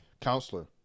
counselor